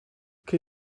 que